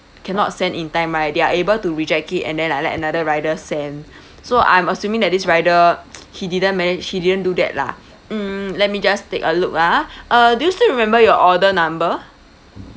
cannot send in time right they're able to reject it and then like let another rider send so I'm assuming that this rider he didn't manage he didn't do that lah hmm let me just take a look ah uh do you still remember your order number